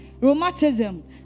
rheumatism